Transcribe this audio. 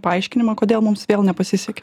paaiškinimą kodėl mums vėl nepasisekė